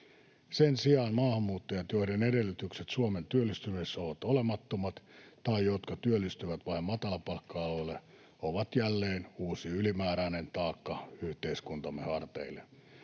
Sen sijaan maahanmuuttajat, joiden edellytykset Suomeen työllistymisessä ovat olemattomat tai jotka työllistyvät vain matalapalkka-aloille, ovat jälleen uusi ylimääräinen taakka yhteiskuntamme harteille.